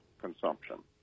consumption